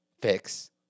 fix